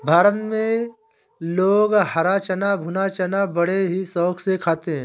भारत में लोग हरा चना और भुना चना बड़े ही शौक से खाते हैं